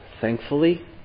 Thankfully